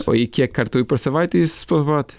o į kiek kartų per savaitės sportuot